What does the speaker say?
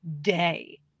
day